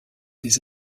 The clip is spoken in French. des